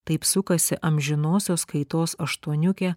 taip sukasi amžinosios kaitos aštuoniukė